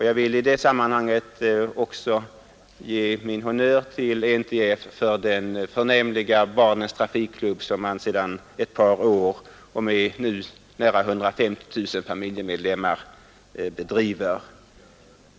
Jag vill i det sammanhanget ge min honnör till NTF för den förnämliga Barnens trafikklubb, som NTF bedriver sedan ett par år tillbaka och med nu nära 150 000 familjemedlemmar.